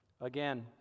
Again